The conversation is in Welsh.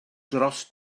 dros